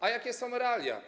A jakie są realia?